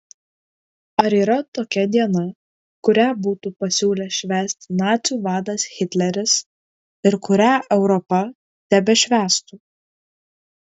ar yra tokia diena kurią būtų pasiūlęs švęsti nacių vadas hitleris ir kurią europa tebešvęstų